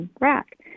rack